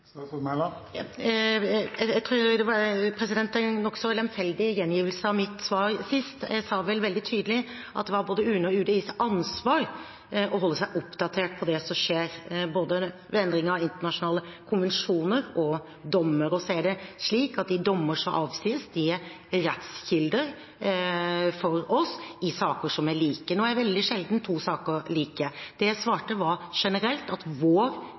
Det var en nokså lemfeldig gjengivelse av mitt svar sist. Jeg sa vel veldig tydelig at det var både UNEs og UDIs ansvar å holde seg oppdatert på det som skjer, både ved endring av internasjonale konvensjoner og ved dommer. Så er det slik at de dommer som avsies, er rettskilder for oss i saker som er like. Nå er det veldig sjelden at to saker er like. Det jeg svarte, var generelt, at